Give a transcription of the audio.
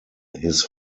his